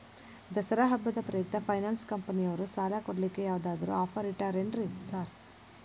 ದಸರಾ ಹಬ್ಬದ ಪ್ರಯುಕ್ತ ಫೈನಾನ್ಸ್ ಕಂಪನಿಯವ್ರು ಸಾಲ ಕೊಡ್ಲಿಕ್ಕೆ ಯಾವದಾದ್ರು ಆಫರ್ ಇಟ್ಟಾರೆನ್ರಿ ಸಾರ್?